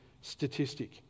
statistic